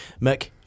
Mick